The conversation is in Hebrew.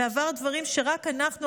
ועבר דברים שרק אנחנו,